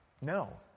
No